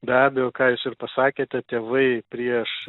be abejo ką jūs ir pasakėte tėvai prieš